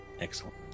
Excellent